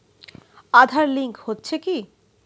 Aadhaar link হচ্ছে কি?